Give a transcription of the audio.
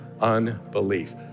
unbelief